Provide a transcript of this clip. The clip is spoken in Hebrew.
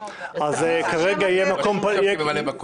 בסדר, אבל זה מה שהם ביקשו.